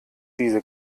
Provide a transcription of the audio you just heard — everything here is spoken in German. diese